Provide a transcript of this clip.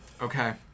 Okay